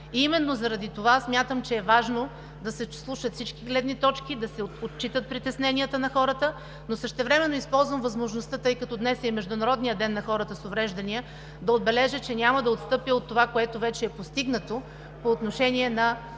Именно заради това смятам, че е важно да се слушат всички гледни точки, да се отчитат притесненията на хората, но същевременно използвам възможността, тъй като днес е и Международният ден на хората с увреждания, да отбележа, че няма да отстъпя от това, което вече е постигнато по отношение на